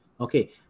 Okay